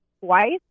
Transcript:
twice